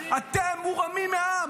אתם מורמים מהעם.